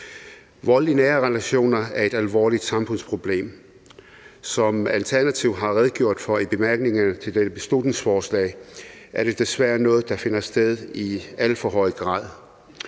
Vold i nære relationer er et alvorligt samfundsproblem. Som Alternativet har redegjort for i bemærkningerne til dette beslutningsforslag, er det desværre noget, der finder sted i al for høj grad.